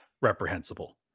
reprehensible